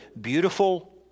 beautiful